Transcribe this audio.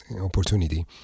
opportunity